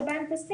שבה הם טסים,